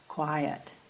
Quiet